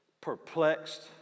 perplexed